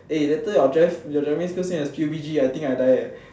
eh later your drive your driving skill same as PUB-G I think I die eh